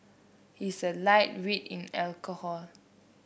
he is a lightweight in alcohol